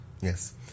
Yes